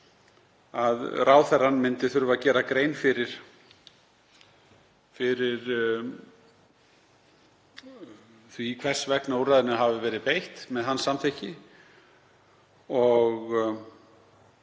að ráðherra myndi þurfa að gera grein fyrir því hvers vegna úrræðinu hafi verið beitt með hans samþykki.